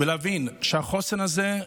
להבין שהחוסן הזה,